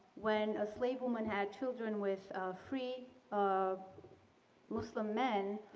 when a slave woman had children with free um muslim men,